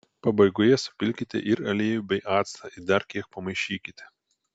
pabaigoje supilkite ir aliejų bei actą ir dar kiek pamaišykite